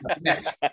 next